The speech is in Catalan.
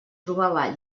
trobava